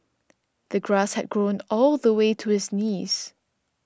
the grass had grown all the way to his knees